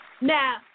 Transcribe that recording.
Now